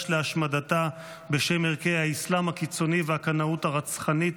להשמדתה בשם ערכי האסלאם הקיצוני והקנאות הרצחנית,